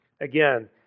Again